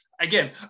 again